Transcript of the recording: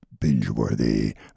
binge-worthy